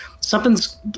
something's